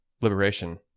liberation